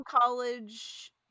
College